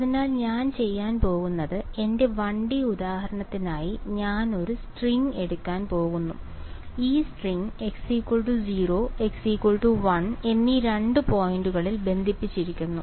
അതിനാൽ ഞാൻ ചെയ്യാൻ പോകുന്നത് എന്റെ 1 D ഉദാഹരണത്തിനായി ഞാൻ ഒരു സ്ട്രിംഗ് എടുക്കാൻ പോകുന്നു ഈ സ്ട്രിംഗ് x0 xl എന്നീ രണ്ട് പോയിന്റുകളിൽ ബന്ധിപ്പിച്ചിരിക്കുന്നു